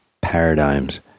paradigms